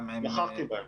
נכחתי בהם.